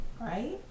right